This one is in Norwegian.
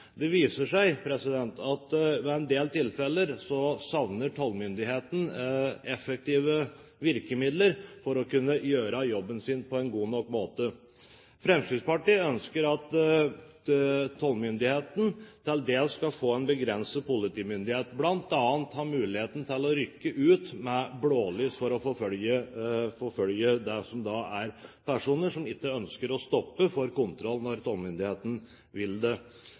Det viser seg at i en del tilfeller savner tollmyndighetene effektive virkemidler for å kunne gjøre jobben sin på en god nok måte. Fremskrittspartiet ønsker at tollmyndighetene til dels skal få en begrenset politimyndighet, bl.a. ha muligheten til å rykke ut med blålys for å forfølge personer som ikke ønsker å stoppe for kontroll når tollmyndighetene vil det.